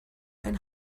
ein